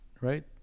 right